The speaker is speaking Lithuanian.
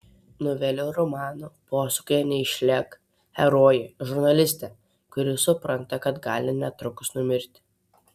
novelių romano posūkyje neišlėk herojė žurnalistė kuri supranta kad gali netrukus numirti